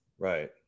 Right